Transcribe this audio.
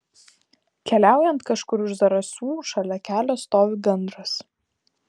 keliaujant kažkur už zarasų šalia kelio stovi gandras